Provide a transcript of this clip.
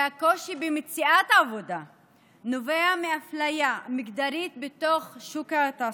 והקושי במציאת עבודה נובע מאפליה מגדרית בשוק התעסוקה,